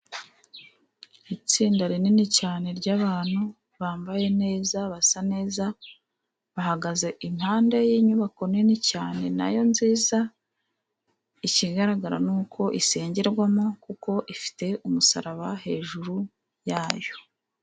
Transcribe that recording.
Itsinda rinini cyane ry'abantu bambaye neza, basa neza, bahagaze impande y'inyubako nini cyane na yo nziza, ikigaragara ni uko isengerwamo, kuko ifite umusaraba hejuru yayo.